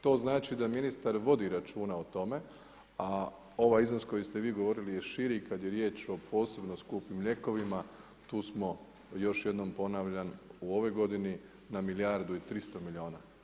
To znači da ministar vodi računa o tome, a ovaj iznos koji ste vi govorili je širi i kada je riječ o posebno skupim lijekovima, tu smo, još jednom ponavljam u ovoj g. na milijardu i 300 milijuna.